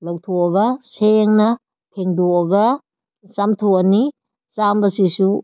ꯂꯧꯊꯣꯛꯑꯒ ꯁꯦꯡꯅ ꯐꯦꯡꯗꯣꯛꯑꯒ ꯆꯥꯝꯊꯣꯛꯑꯅꯤ ꯆꯥꯝꯕꯁꯤꯁꯨ